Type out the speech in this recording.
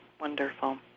wonderful